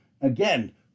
again